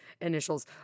initials